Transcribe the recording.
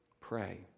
pray